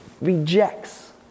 rejects